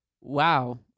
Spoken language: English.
wow